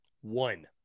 One